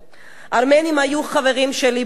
ארמנים היו חברים שלי בכיתה,